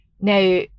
now